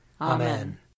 Amen